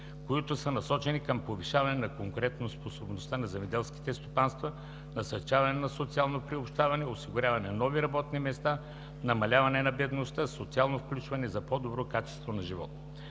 които са насочени към повишаване на конкурентоспособността на земеделските стопанства, насърчаване на социалното приобщаване, осигуряване на нови работни места, намаляване на бедността, социално включване и по-добро качество на живот.